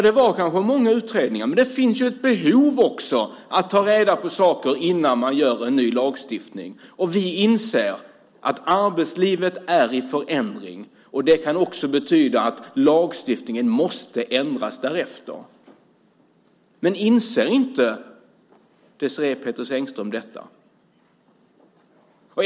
Det kanske var många utredningar, men det finns också ett behov av att ta reda på saker innan man inför en ny lagstiftning. Vi inser att arbetslivet är i förändring. Det kan också betyda att lagstiftningen måste ändras därefter. Inser inte Désirée Pethrus Engström detta?